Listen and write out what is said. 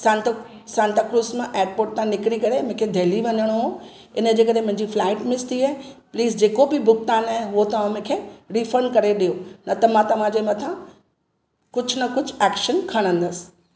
सांतक सांताक्रुज़ मां एअरपोर्ट तां निकिरी करे मूंखे दिल्ली वञिणो हो इनजे करे मुंहिंजी फ्लाईट मिस थी आहे प्लीज़ जेको बि भुगतान आहे उहो तव्हां मूंखे रीफंड करे ॾियो न त मां तव्हांजे मथां कुझु न कुझु एक्शन खणंदसि